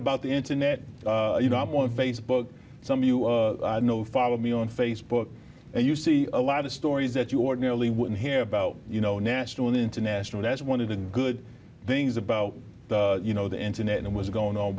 about the internet you know i'm on facebook some you know follow me on facebook and you see a lot of stories that you ordinarily wouldn't hear about you know national and international that's one of the good things about you know the internet and was going on